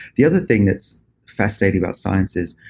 the other thing that's fascinating about scientists,